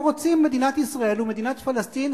הם רוצים מדינת ישראל ומדינת פלסטין,